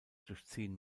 durchziehen